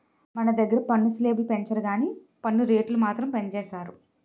మన దగ్గిర పన్ను స్లేబులు పెంచరు గానీ పన్ను రేట్లు మాత్రం పెంచేసారు